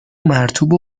مرطوب